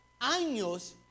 Años